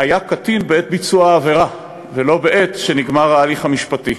שהיה קטין בעת ביצוע העבירה ולא בעת שנגמר ההליך המשפטי.